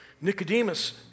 Nicodemus